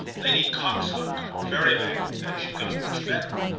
lady coxon got very bad, then she got much better.